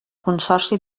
consorci